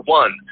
one